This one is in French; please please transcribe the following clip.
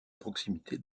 proximité